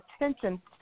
attention